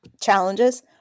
challenges